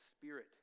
spirit